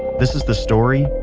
this is the story,